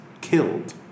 killed